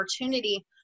opportunity